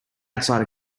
outside